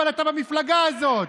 אבל אתה במפלגה הזאת.